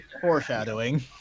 foreshadowing